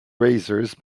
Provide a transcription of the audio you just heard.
razors